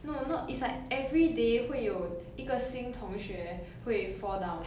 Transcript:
no not it's like everyday 会有一个新同学会 fall down